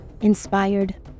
Inspired